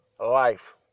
life